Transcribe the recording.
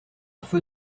feu